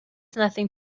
nothing